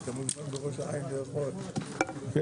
הישיבה ננעלה בשעה 12:54.